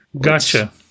Gotcha